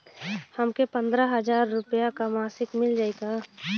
हमके पन्द्रह हजार रूपया क मासिक मिल जाई का?